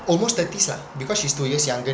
almost thirties lah because she's two years younger